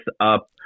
up